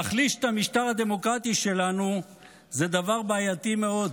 להחליש את המשטר הדמוקרטי שלנו זה דבר בעייתי מאוד,